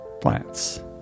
Plants